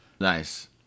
Nice